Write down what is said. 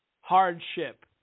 hardship